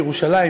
בירושלים,